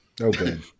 Okay